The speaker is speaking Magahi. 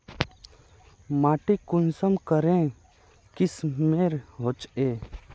माटी कुंसम करे किस्मेर होचए?